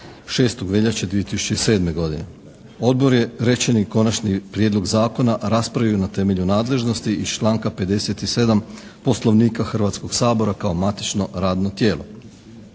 6. veljače 2007. godine. Odbor je rečeni Konačni prijedlog zakona raspravio na temelju nadležnosti iz članka 57. Poslovnika Hrvatskog sabora kao matično radno tijelo.